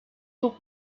pour